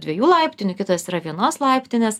dviejų laiptinių kitas yra vienos laiptinės